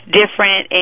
different